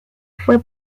fue